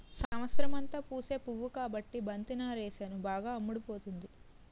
సంవత్సరమంతా పూసే పువ్వు కాబట్టి బంతి నారేసాను బాగా అమ్ముడుపోతుంది